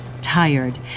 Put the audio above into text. tired